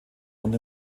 und